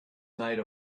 made